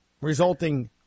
resulting